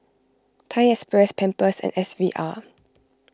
Thai Express Pampers and S V R